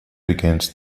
against